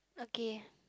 okay